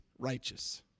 righteous